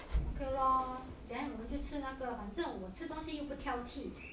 okay lor then 我们就吃那个反正我吃东西又不挑剔